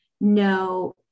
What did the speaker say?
no